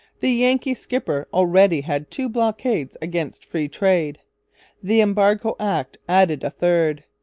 the yankee skipper already had two blockades against free trade the embargo act added a third.